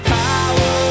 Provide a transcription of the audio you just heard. power